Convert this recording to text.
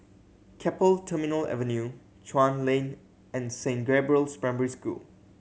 Keppel Terminal Avenue Chuan Lane and Saint Gabriel's Primary School